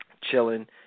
chilling